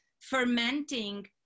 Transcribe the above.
fermenting